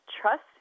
trust